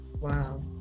Wow